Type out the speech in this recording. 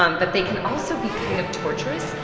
um but they can also be kind of torturous,